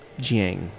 Jiang